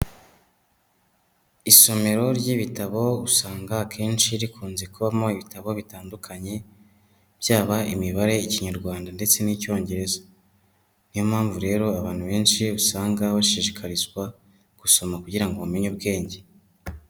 Isomero ry'ibitabo usanga akenshi rikunze kubamo ibitabo bitandukanye byaba imibare, Ikinyarwanda ndetse n'Icyongereza, ni yo mpamvu rero abantu benshi usanga bashishikarizwa gusoma kugira ngo bamenye ubwenge.